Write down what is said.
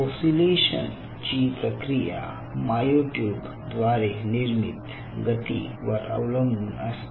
oscillation ची प्रक्रिया myotube द्वारे निर्मित गती वर अवलंबून असते